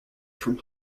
from